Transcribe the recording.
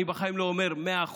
אני בחיים לא אומר "מאה אחוז"